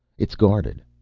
it's guarded.